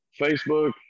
facebook